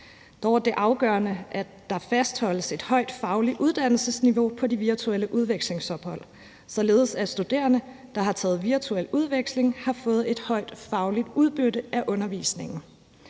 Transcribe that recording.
er det afgørende, at der fastholdes et højt fagligt uddannelsesniveau på de virtuelle udvekslingsophold, således at studerende, der har fået virtuel udveksling, har fået et højt fagligt udbytte af undervisningen.